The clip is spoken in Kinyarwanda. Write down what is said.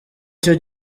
cyo